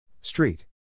Street